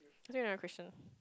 ask me another question